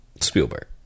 Spielberg